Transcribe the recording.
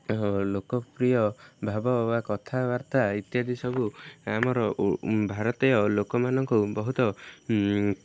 ଲୋକପ୍ରିୟ ଭାବ ବା କଥାବାର୍ତ୍ତା ଇତ୍ୟାଦି ସବୁ ଆମର ଭାରତୀୟ ଲୋକମାନଙ୍କୁ ବହୁତ